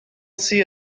see